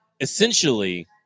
essentially